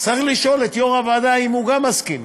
צריך לשאול את יו"ר הוועדה אם הוא גם מסכים,